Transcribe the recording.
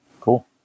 cool